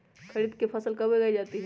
खरीफ की फसल कब उगाई जाती है?